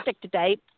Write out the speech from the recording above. today